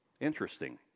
Interesting